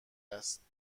است